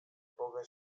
boga